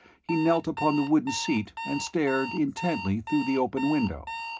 he knelt upon the wooden seat and stared intently through the open window.